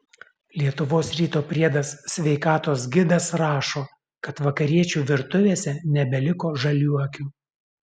lietuvos ryto priedas sveikatos gidas rašo kad vakariečių virtuvėse nebeliko žaliuokių